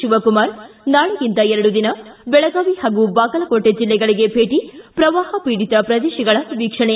ಶಿವಕುಮಾರ್ ನಾಳೆಯಿಂದ ಎರಡು ದಿನ ಬೆಳಗಾವಿ ಹಾಗೂ ಬಾಗಲಕೋಟೆ ಜಿಲ್ಲೆಗಳಿಗೆ ಭೇಟಿ ಪ್ರವಾಹ ಪೀಡಿತ ಪ್ರದೇಶಗಳ ವೀಕ್ಷಣೆ